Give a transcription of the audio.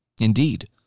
Indeed